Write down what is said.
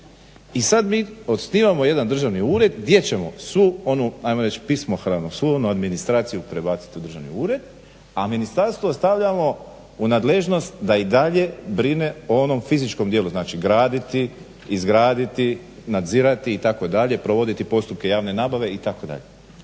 I sad mi osnivamo jedan državni ured gdje ćemo svu onu, ajmo reć pismohranu, svu onu administraciju prebaciti u državni ured a ministarstvo ostavljamo u nadležnost da i dalje brine o onom fizičkom dijelu, znači graditi, izgraditi, nadzirati itd. provoditi postupke javne nabave itd.